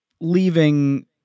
Leaving